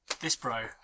This-bro